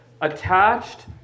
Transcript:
attached